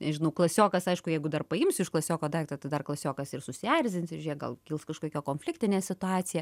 nežinau klasiokas aišku jeigu dar paimsiu iš klasioko daiktą tai dar klasiokas ir susierzins ir žiūrėk gal kils kažkokia konfliktinė situacija